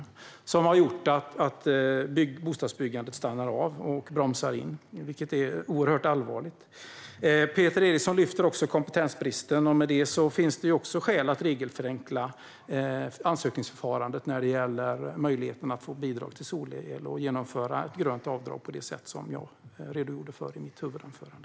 Detta har gjort att bostadsbyggandet stannar av, vilket är oerhört allvarligt. Peter Eriksson tog också upp kompetensbristen. Den gör att det också finns skäl att regelförenkla ansökningsförfarandet när det gäller möjligheten att få bidrag till solel och att genomföra ett grönt avdrag på det sätt som jag redogjorde för i mitt huvudanförande.